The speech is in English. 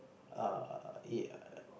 err ya